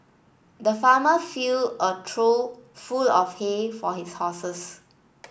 the farmer filled a trough full of hay for his horses